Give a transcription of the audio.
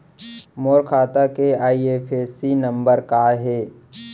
मोर खाता के IFSC number का हे?